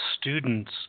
students